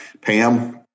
Pam